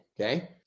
Okay